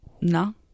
no